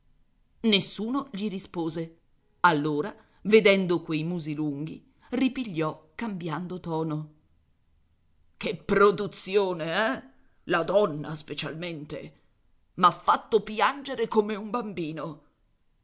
nessuno gli rispose allora vedendo quei musi lunghi ripigliò cambiando tono che produzione eh la donna specialmente m'ha fatto piangere come un bambino